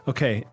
Okay